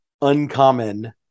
uncommon